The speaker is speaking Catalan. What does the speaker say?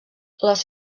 les